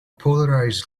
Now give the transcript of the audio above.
polarized